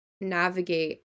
navigate